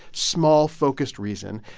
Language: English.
small-focused reason,